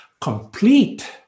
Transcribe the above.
complete